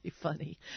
funny